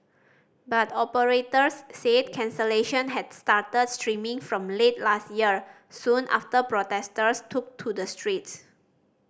but operators said cancellation had started streaming from late last year soon after protesters took to the streets